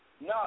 No